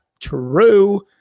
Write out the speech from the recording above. true